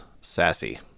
sassy